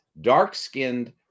dark-skinned